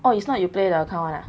oh it's not you play the account [one] ah